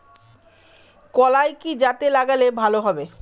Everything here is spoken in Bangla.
কলাই কি জাতে লাগালে ভালো হবে?